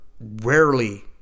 rarely